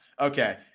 Okay